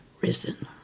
risen